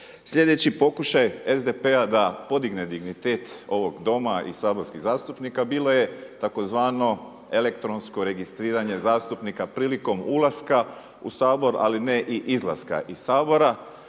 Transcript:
Sljedeći pokušaj SDP-a da podigne dignitet ovog Doma i saborskih zastupnika bilo je tzv. elektronsko registriranje zastupnika prilikom ulaska u Sabor ali ne i izlaska iz Sabora.